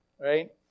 right